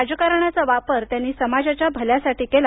राजकारणाचा वापर त्यांनी समाजाच्या भल्यासाठी केला